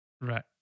Right